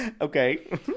Okay